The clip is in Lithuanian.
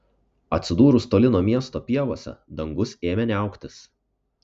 atsidūrus toli nuo miesto pievose dangus ėmė niauktis